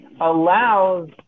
allows